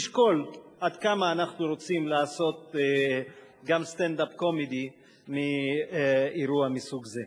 לשקול עד כמה אנחנו רוצים לעשות סטנד-אפ קומדי מאירוע מסוג זה.